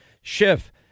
Schiff